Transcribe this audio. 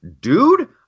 Dude